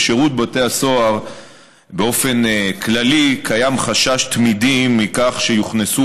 בשירות בתי הסוהר באופן כללי קיים חשש תמידי מכך שיוכנסו